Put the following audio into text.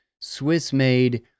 Swiss-made